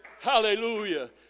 Hallelujah